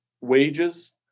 wages